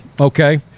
Okay